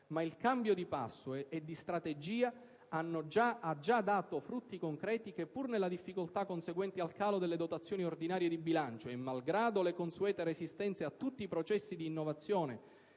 ma il cambio di passo e di strategia ha già dato frutti concreti e, pur nelle difficoltà conseguenti al calo delle dotazioni ordinarie di bilancio e malgrado le consuete resistenze a tutti i processi di innovazione